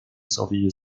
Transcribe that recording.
sowie